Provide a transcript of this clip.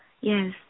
Yes